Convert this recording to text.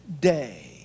day